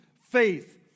faith